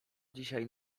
dzisiaj